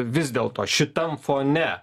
vis dėlto šitam fone